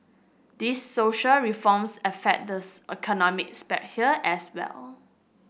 these social reforms affect this economic as well